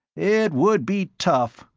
it would be tough,